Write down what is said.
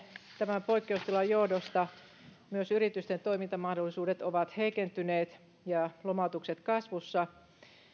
tämän poikkeustilan johdosta myös yritysten toimintamahdollisuudet ovat heikentyneet ja lomautukset kasvussa